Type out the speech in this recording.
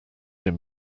him